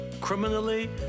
criminally